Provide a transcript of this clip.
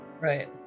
Right